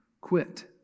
quit